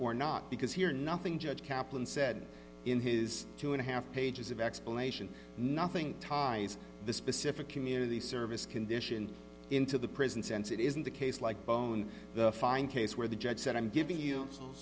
or not because here nothing judge kaplan said in his two and a half pages of explanation nothing ties the specific community service condition into the prison since it isn't the case like bone the fine case where the judge said i'm giving you